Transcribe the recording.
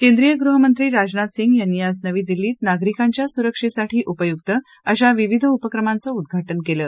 केंद्रीय गृह मंत्री राजनाथ सिंह यांनी आज नवी दिल्लीत नागरिकांच्या सुरक्षेसाठी उपयुक अशा विविध उपक्रमांचं उद्वाजे केलं